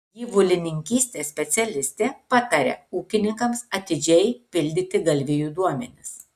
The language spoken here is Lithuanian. gyvulininkystės specialistė pataria ūkininkams atidžiai pildyti galvijų duomenis